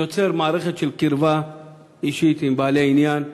זה יוצר מערכת של קרבה אישית עם בעלי עניין,